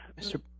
Mr